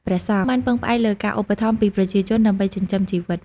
ព្រះសង្ឃបានពឹងផ្អែកលើការឧបត្ថម្ភពីប្រជាជន ដើម្បីចិញ្ចឹមជីវិត។